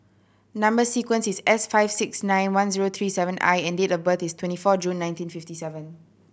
number sequence is S five six nine one zero three seven I and date of birth is twenty four June nineteen fifty seven